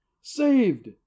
saved